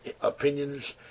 opinions